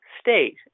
state